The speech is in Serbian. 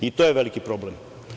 I to je veliki problem.